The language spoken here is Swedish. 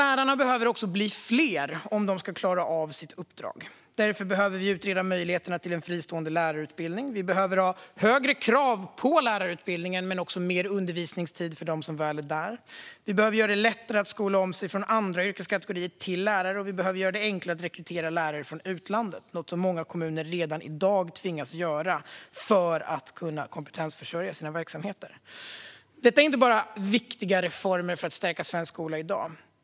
Lärarna behöver också bli fler om de ska klara av sitt uppdrag. Därför behöver vi utreda möjligheten till en fristående lärarutbildning. Vi behöver ha högre krav på lärarutbildningen men också mer undervisningstid för dem som väl är där. Vi behöver göra det lättare att skola om sig från andra yrkeskategorier till lärare. Och vi behöver göra det enklare att rekrytera lärare från utlandet - något som många kommuner redan i dag tvingas göra för att kunna kompetensförsörja sina verksamheter. Detta är inte bara viktiga reformer för att stärka svensk skola i dag.